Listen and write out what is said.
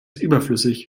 überflüssig